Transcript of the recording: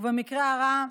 ובמקרה הרע,